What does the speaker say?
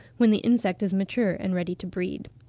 when the insect is mature and ready to breed.